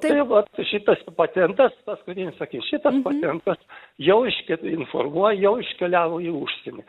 tai vat šitas patentas paskutinis sakinys šitas patentas jau iške informuoju jau iškeliavo į užsienį